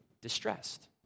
distressed